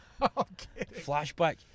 flashback